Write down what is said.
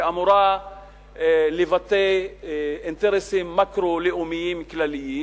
שאמורה לבטא אינטרסים מקרו-לאומיים כלליים,